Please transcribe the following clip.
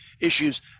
issues